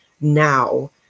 now